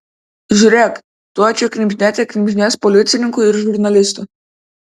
žiūrėk tuoj čia knibždėte knibždės policininkų ir žurnalistų